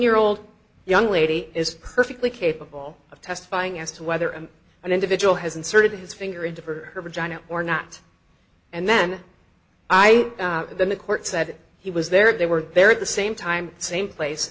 year old young lady is perfectly capable of testifying as to whether an individual has inserted his finger into for her vagina or not and then i then the court said he was there they were there at the same time same place